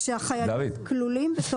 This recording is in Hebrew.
כשהחיילים כלולים בתוכם,